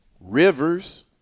Rivers